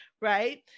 right